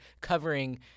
covering